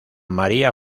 maría